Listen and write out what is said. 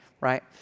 right